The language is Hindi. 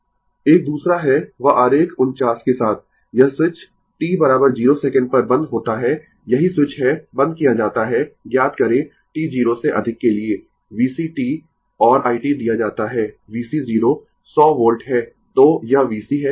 Refer Slide Time 2344 एक दूसरा है वह आरेख 49 के साथ यह स्विच t 0 सेकंड पर बंद होता है यही स्विच है बंद किया जाता है ज्ञात करें t 0 से अधिक के लिए VCt और i t दिया जाता है VC 0 100 वोल्ट है